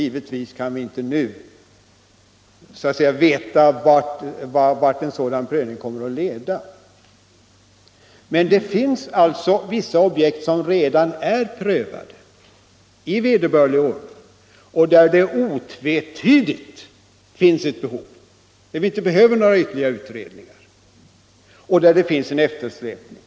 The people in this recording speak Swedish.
Givetvis kan vi inte nu veta vad en sådan prövning kommer att leda till. Men det finns vissa objekt som redan är prövade i vederbörlig ordning och som otvetydigt är i behov av en förbättring. Man har där konstaterat en eftersläpning och behöver inte göra några ytterligare utredningar.